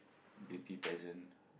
beauty pageant